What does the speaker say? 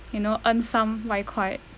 you know earn some 外快